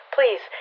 Please